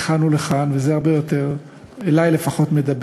ואם זה באמת היה עובר בהצבעה חופשית.